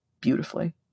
beautifully